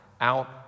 out